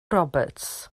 roberts